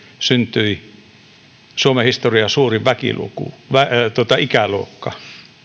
syntyi suomen historian suurin ikäluokka